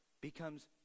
becomes